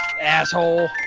asshole